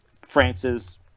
France's